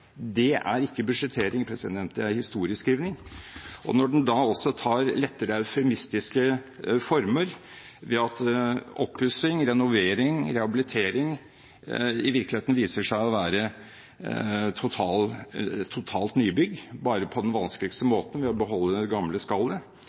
Det er ikke budsjettering, det er historieskriving. Når den da tar lettere eufemistiske former ved at oppussing, renovering, rehabilitering i virkeligheten viser seg å være et totalt nybygg, bare på den vanskeligste